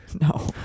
No